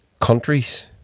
countries